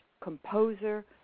composer